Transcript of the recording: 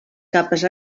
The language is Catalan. capes